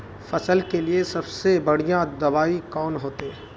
फसल के लिए सबसे बढ़िया दबाइ कौन होते?